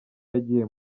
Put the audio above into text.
yagiye